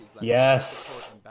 Yes